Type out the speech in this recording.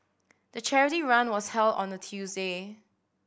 the charity run was held on a Tuesday